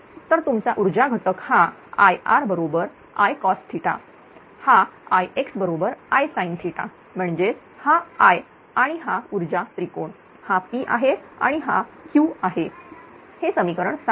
तर तुमचा ऊर्जा घटक हा Ir Icos हा IxIsin म्हणजेच हा I आणि हा ऊर्जा त्रिकोण हा P आहे आणि हा Q आहे हे समीकरण 7 आहे